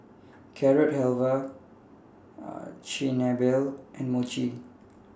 Carrot Halwa Chigenabe and Mochi